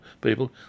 people